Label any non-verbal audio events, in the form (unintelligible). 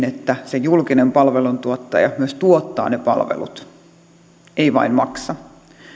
(unintelligible) että se julkinen palveluntuottaja myös tuottaa ne palvelut ei vain maksa